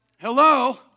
Hello